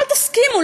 אל תסכימו,